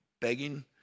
begging